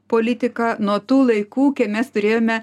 politiką nuo tų laikų kai mes turėjome